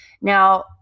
Now